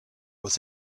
was